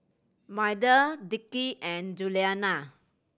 Maida Dickie and Juliana